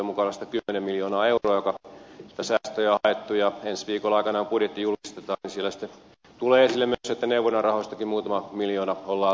että säästöjä on haettu ja ensi viikon aikana kun budjetti julkistetaan niin siellä sitten tulee esille myös että neuvonnan rahoistakin muutama miljoona ollaan leikkaamassa